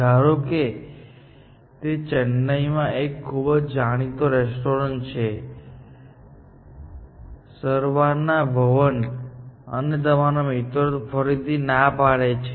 ધારો કે તે ચેન્નાઈમાં એક ખુબ જાણીતી રેસ્ટોરન્ટ છે સરવાના ભવન અને તમારો મિત્ર ફરીથી ના પાડે છે